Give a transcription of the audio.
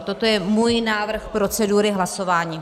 Toto je můj návrh procedury hlasování.